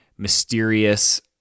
mysterious